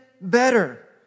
better